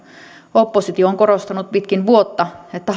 oppositio on korostanut pitkin vuotta että